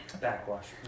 Backwash